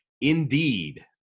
Indeed